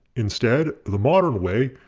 instead, the modern way,